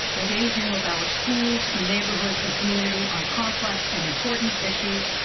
engaging with our schools, neighborhoods, and community on complex and important issues,